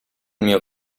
mio